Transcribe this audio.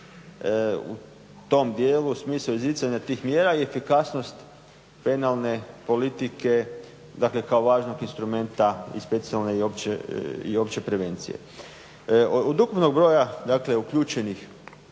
u tom dijelu smisao izricanja tih mjera i efikasnost penalne politike, dakle kao važnog instrumenta i specijalne i opće prevencije. Od ukupnog broja dakle uključenih